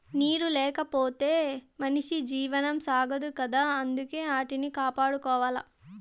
నీరు లేకపోతె మనిషి జీవనం సాగదు కదా అందుకే ఆటిని కాపాడుకోవాల